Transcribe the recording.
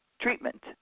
treatment